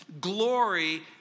Glory